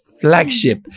flagship